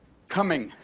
coming!